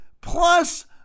plus